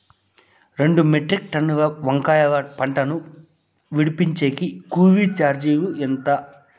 రెండు మెట్రిక్ టన్నుల వంకాయల పంట ను విడిపించేకి కూలీ చార్జీలు ఎంత?